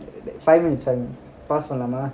five minutes five minutes pass பண்ணலாமா:pannalama